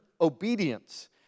obedience